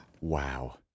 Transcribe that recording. Wow